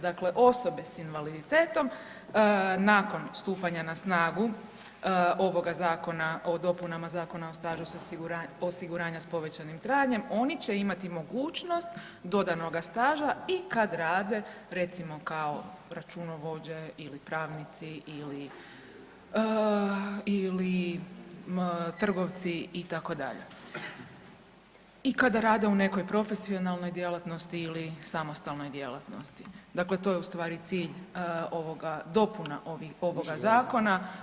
Dakle osobe s invaliditetom nakon stupanja na snagu ovoga zakona o dopunama Zakona o stažu osiguranja s povećanim trajanjem, oni će imati mogućnost dodanoga staža i kad rade, recimo kao računovođe ili pravnici ili trgovci, itd. i kada rade u nekoj profesionalnoj djelatnosti ili samostalnoj djelatnosti, dakle to je ustvari cilj ovoga, dopuna ovih zakona.